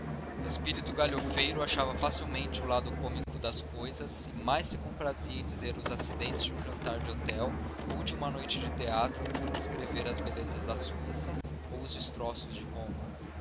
observação espírito galhofeiro achava facilmente o lado cômico das coisas e mais se comprazia em dizer os incidentes de um jantar de hotel ou de uma noite de teatro que em descrever as belezas da suíça ou os destroços de roma